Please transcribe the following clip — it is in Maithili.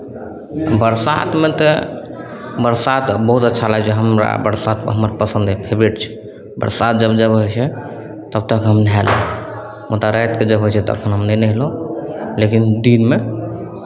बरसातमे तऽ बरसात बहुत अच्छा लागै छै हमरा बरसात हमरा पसन्द अइ फेबरेट छै बरसात जब जब होइ छै तब तब हम नहाए लै छियै मुदा रातिकेँ जब होइ छै तखन हम नहि नहयलहुँ लेकिन दिनमे